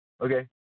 okay